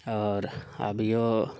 आओर अभियौ